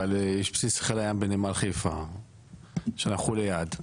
אבל יש בסיס חיל הים בנמל חיפה שאנחנו ליד,